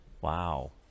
wow